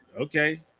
okay